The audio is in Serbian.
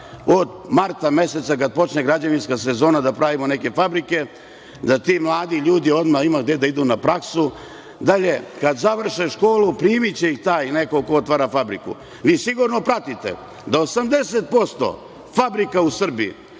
od marta meseca kada počne građevinska sezona da pravimo neke fabrike, da ti mladi ljudi odmah imaju gde da idu na praksu, pa dalje kad završe školu primiće ih taj neko ko otvara fabriku. Vi sigurno pratite da 80% fabrika u Srbiji,